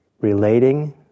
relating